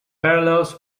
parallels